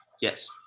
Yes